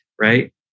right